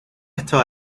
estos